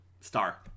star